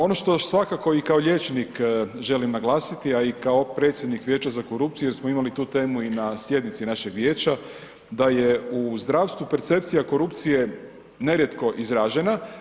Ono što svakako i kao liječnik želim naglasiti, a i kao predsjednik vijeća za korupciju jer smo imali tu temu i na sjednici našeg vijeća da je u zdravstvu percepcija korupcije nerijetko izražena.